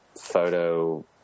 photo